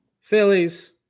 Phillies